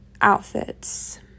outfits